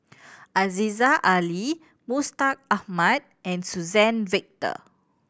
Aziza Ali Mustaq Ahmad and Suzann Victor